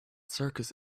circus